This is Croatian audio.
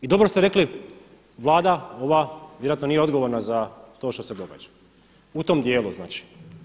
I dobro ste rekli Vlada ova vjerojatno nije odgovorna za to što se događa u tom dijelu znači.